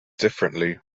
differently